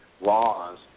laws